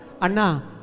Anna